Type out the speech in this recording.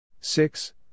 Six